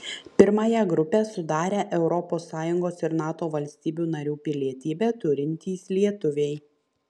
pirmąją grupę sudarę europos sąjungos ir nato valstybių narių pilietybę turintys lietuviai